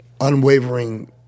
unwavering